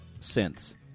synths